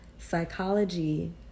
psychology